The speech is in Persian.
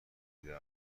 دیده